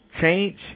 Change